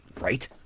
Right